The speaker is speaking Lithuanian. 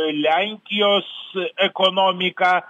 lenkijos ekonomika